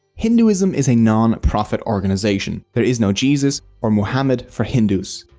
hinduism is a non-prophet organisation. there is no jesus or mohammed for hindus.